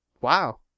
Wow